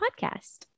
podcast